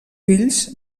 fills